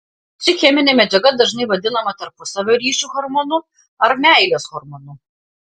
ši cheminė medžiaga dažnai vadinama tarpusavio ryšių hormonu ar meilės hormonu